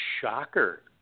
shocker